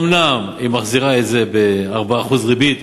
אומנם היא מחזירה את זה ב-4% ריבית,